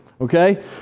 okay